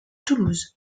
toulouse